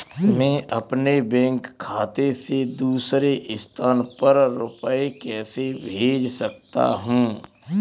मैं अपने बैंक खाते से दूसरे स्थान पर रुपए कैसे भेज सकता हूँ?